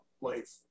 life